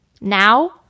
Now